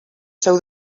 seu